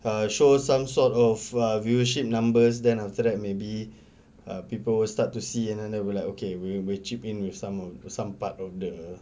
uh show some sort of uh viewership numbers then after that maybe err people will start to see and then will like okay we will chip in with some of some part of the